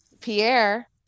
Pierre